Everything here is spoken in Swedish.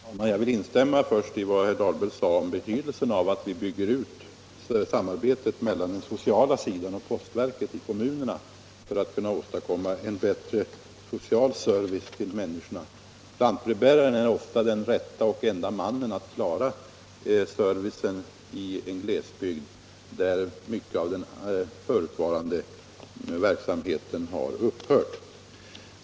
Herr talman! Jag vill först instämma i vad herr Dahlberg sade om betydelsen av att vi bygger ut samarbetet mellan den sociala sidan i kommunerna och postverket för att åstadkomma en bättre social service till människorna. Lantbrevbäraren är ofta den rätte och ende mannen att klara servicen i en glesbygd, där mycket av den förutvarande verksamheten har upphört.